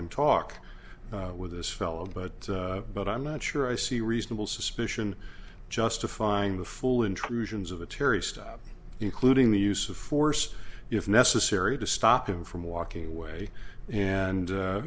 and talk with this fellow but but i'm not sure i see reasonable suspicion justifying the full intrusions of a terry stop including the use of force if necessary to stop him from walking away and